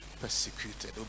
Persecuted